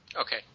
Okay